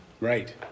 Right